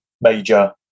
major